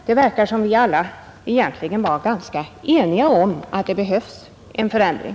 Det verkar som vi alla egentligen vore ganska eniga om att det behövs en förändring.